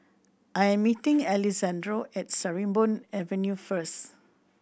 I am meeting Alessandro at Sarimbun Avenue first